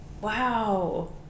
wow